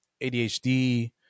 adhd